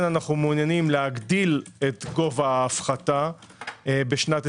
אנו מעוניינים להגדיל את גובה ההפחתה ב-23'